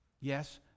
Yes